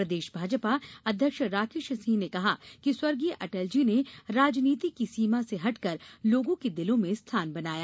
प्रदेश भाजपा अध्यक्ष राकेश सिंह ने कहा कि स्वर्गीय अटल जी ने राजनीति की सीमा से हटकर लोगों के दिलों में स्थान बनाया